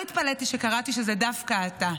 לא התפלאתי כשקראתי שזה דווקא אתה,